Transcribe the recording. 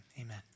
amen